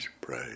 pray